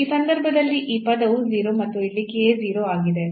ಆ ಸಂದರ್ಭದಲ್ಲಿ ಈ ಪದವು 0 ಮತ್ತು ಇಲ್ಲಿ k 0 ಆಗಿದೆ